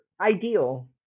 ideal